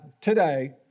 today